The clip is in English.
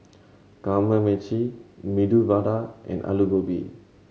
Kamameshi Medu Vada and Alu Gobi